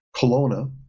Kelowna